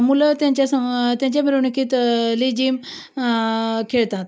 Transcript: मुलं त्यांच्या स् त्यांच्या मिरवणुकीत लेझीम खेळतात